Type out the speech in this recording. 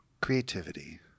Creativity